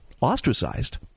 ostracized